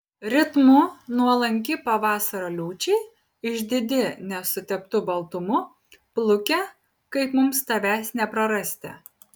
ritmu nuolanki pavasario liūčiai išdidi nesuteptu baltumu pluke kaip mums tavęs neprarasti